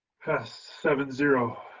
passed seven zero.